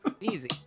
Easy